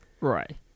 Right